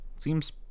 seems